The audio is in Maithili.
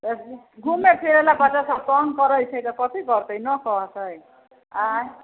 तऽ घुमै फिरै लए बच्चा सब तंग करै छै तऽ कथी कहतै न कहतै आंय